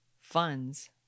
funds